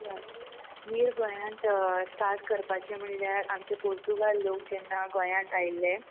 हय नीर गोंयांत स्टार्ट करपाचें म्हणल्यार आमचे पोर्तुगाल लोक जेन्ना गोंयांत आयिल्ले